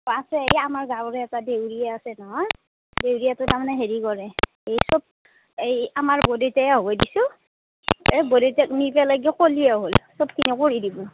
পাচে হ'লি আমাৰ গাঁৱৰে এটা দেউৰীয়া আছে নহয় দেউৰীয়াটোই তাৰমানে হেৰি কৰে এই চব এই আমাৰ বৰদিতাই হৱে দিছোঁ এই বৰদিতাক নি পেলে কি ক'লিয়েই হ'ল চবখিনি কৰি দিব